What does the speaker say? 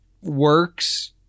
works